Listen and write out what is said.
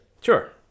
Sure